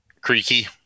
creaky